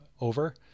over